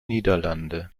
niederlande